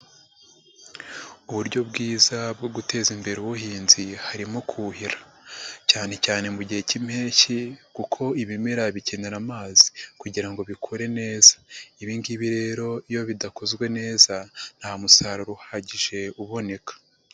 Uburyo bwiza bwo guteza imbere ubuhinzi harimo kuhira, cyanecyane mu gihe cy'impeshyi kuko ibimera bikenera amazi kugira ngo bikore neza, ibi ngibi rero iyo bidakozwe neza nta musaruro uhagije uboneka.